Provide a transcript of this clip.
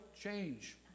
change